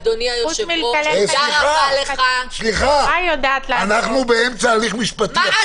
אדוני היושב-ראש- -- מה היא יודעת על עסקים קטנים?